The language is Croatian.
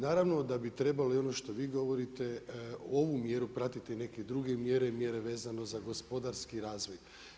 Naravno da bi trebalo i ono što vi govorite, ovu mjeru pratiti neke druge mjere, mjere vezano za gospodarski razvoj.